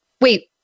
wait